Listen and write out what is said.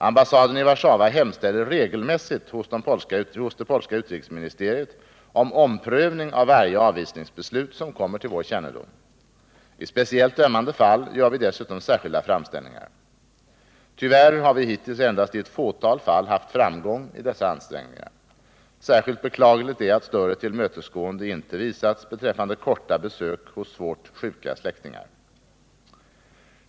Ambassaden i Warszawa hemställer regelmässigt hos det polska utrikesministeriet om omprövning av varje avvisningsbeslut som kommer till vår kännedom. I speciellt ömmande fall gör vi dessutom särskilda framställningar. Tyvärr har vi hittills endast i ett fåtal fall haft framgång i dessa ansträngningar. Särskilt beklagligt är att större tillmötesgående inte visats beträffande korta besök hos svårt sjuka släktingar.